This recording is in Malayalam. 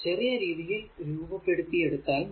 ചെറിയ രീതിയിൽ രൂപപ്പെടുത്തിയാൽ മതി